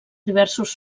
diversos